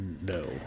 No